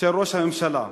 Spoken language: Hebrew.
של ראש הממשלה.